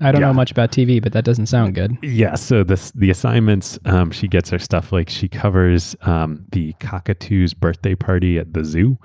i don't know much about tv but that doesn't sound good. yeah. so the assignments she gets are stuff like she covers um the cockatooaeurs birthday party at the zoo